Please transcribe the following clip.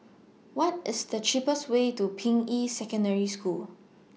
What IS The cheapest Way to Ping Yi Secondary School